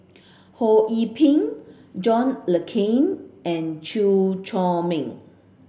Ho Yee Ping John Le Cain and Chew Chor Meng